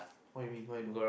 what you mean what you do